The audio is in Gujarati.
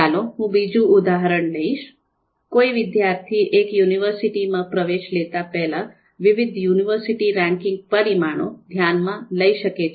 ચાલો હું બીજું ઉદાહરણ લઈશ કોઈ વિદ્યાર્થીએ એક યુનિવર્સિટીમાં પ્રવેશ લેતા પહેલા વિવિધ યુનિવર્સિટી રેન્કિંગ પરિમાણો ધ્યાનમાં લાયી શકે છે